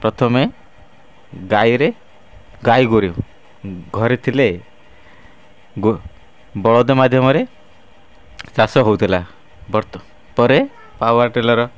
ପ୍ରଥମେ ଗାଈରେ ଗାଈ ଗୋରୁ ଘରେ ଥିଲେ ବଳଦ ମାଧ୍ୟମରେ ଚାଷ ହଉଥିଲା ପରେ ପାୱାର୍ ଟିଲର୍